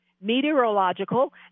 meteorological